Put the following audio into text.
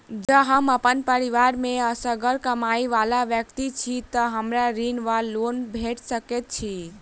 जँ हम अप्पन परिवार मे असगर कमाई वला व्यक्ति छी तऽ हमरा ऋण वा लोन भेट सकैत अछि?